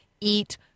Eat